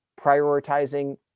prioritizing